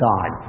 God